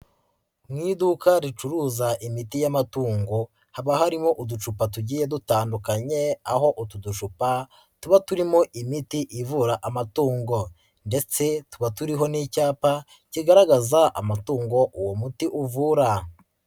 Mu iduka ricuruza imiti y'amatungo haba harimo uducupa tugiye dutandukanye, aho utu ducupa tuba turimo imiti ivura amatungo ndetse tuba turiho n'icyapa kigaragaza amatungo uwo muti uvura.